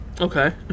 Okay